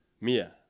Mia